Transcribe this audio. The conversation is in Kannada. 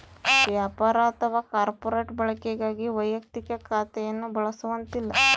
ವ್ಯಾಪಾರ ಅಥವಾ ಕಾರ್ಪೊರೇಟ್ ಬಳಕೆಗಾಗಿ ವೈಯಕ್ತಿಕ ಖಾತೆಯನ್ನು ಬಳಸುವಂತಿಲ್ಲ